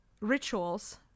Rituals